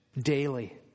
daily